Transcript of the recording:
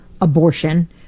abortion